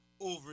over